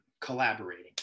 collaborating